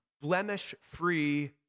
blemish-free